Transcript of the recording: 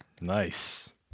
Nice